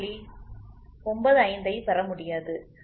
95 ஐப் பெற முடியாது 6